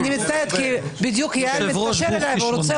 אני יוצאת כי בדיוק איל התקשר אלי והוא רוצה